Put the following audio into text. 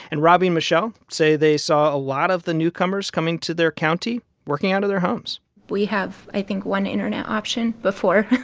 and robby and michelle say they saw a lot of the newcomers coming to their county working out of their homes we have, i think, one internet option before.